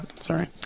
Sorry